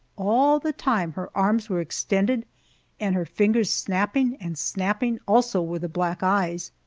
all the time her arms were extended and her fingers snapping, and snapping also were the black eyes.